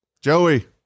Joey